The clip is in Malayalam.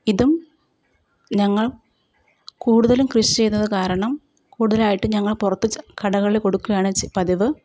ഇതും ഞങ്ങൾ കൂടുതലും കൃഷി ചെയ്യുന്നത് കാരണം കൂടുതലായിട്ട് ഞങ്ങൾ പുറത്ത് ച കടകളിൽ കൊടുക്കുകയാണ് ച പതിവ്